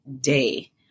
day